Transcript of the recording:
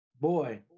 boy